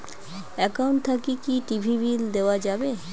Account থাকি কি TV bill দেওয়া যাবে?